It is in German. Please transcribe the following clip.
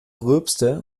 rülpste